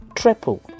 triple